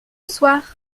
soir